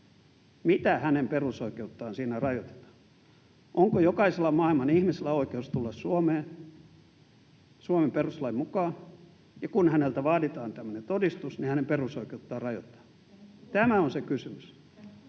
Mitä hänen perusoikeuttaan siinä rajoitetaan? Onko jokaisella maailman ihmisellä oikeus tulla Suomeen Suomen perustuslain mukaan, ja onko niin, että kun häneltä vaaditaan tämmöinen todistus, niin hänen perusoikeuttaan rajoitetaan? Tämä on se kysymys.